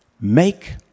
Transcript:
Make